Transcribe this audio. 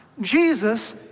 Jesus